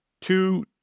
two